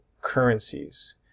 currencies